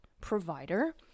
provider